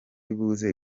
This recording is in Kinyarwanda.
buze